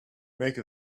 make